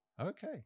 Okay